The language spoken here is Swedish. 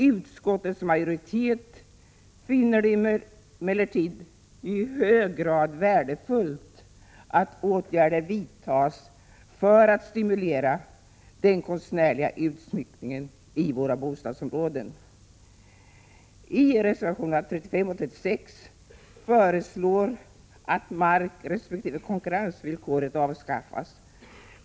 Utskottets majoritet finner det emellertid i hög grad värdefullt att åtgärder vidtas för att stimulera den konstnärliga utsmyckningen av våra bostadsområden. I reservationerna 35 och 36 föreslås att markresp. konkurrensvillkoret skall avskaffas.